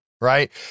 Right